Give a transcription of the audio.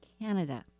Canada